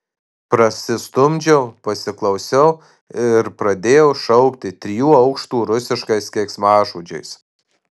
prasistumdžiau pasiklausiau ir pradėjau šaukti trijų aukštų rusiškais keiksmažodžiais